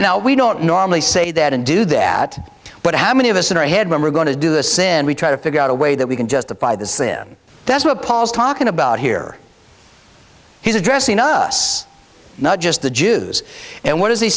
now we don't normally say that and do that but how many of us in our head when we're going to do the sin we try to figure out a way that we can justify this then that's what paul is talking about here he's addressing us not just the jews and what d